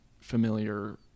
familiar